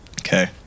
Okay